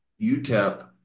UTEP